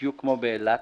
בדיוק כמו באילת,